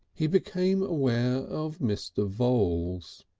he became aware of mr. voules.